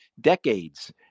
decades